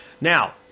Now